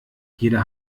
jeder